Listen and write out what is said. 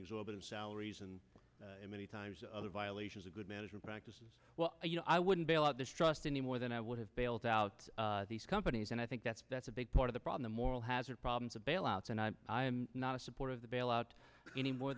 exorbitant salaries and many times other violations a good management practices well you know i wouldn't bailout this trust anymore than i would have bailed out these companies and i think that's that's a big part of the problem moral hazard problems of bailouts and i'm not a supporter of the bailout any more